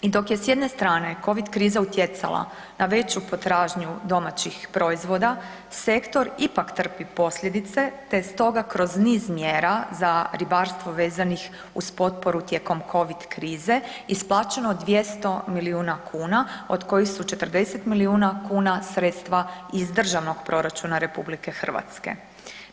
I dok je s jedne strane COVID kriza utjecala na veću potražnju domaćih proizvoda, sektor ipak trpi posljedice te stoga kroz niz mjera za ribarstvo vezanih uz potporu tijekom COVID krize isplaćeno 200 milijuna kuna od kojih su 40 milijuna kuna sredstva iz Državnog proračuna Republike Hrvatske.